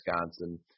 Wisconsin